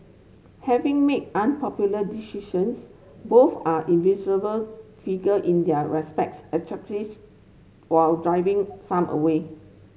having made unpopular decisions both are figure in their respects while driving some away